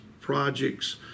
projects